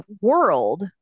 world